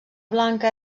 blanca